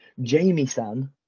Jamie-san